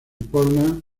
portland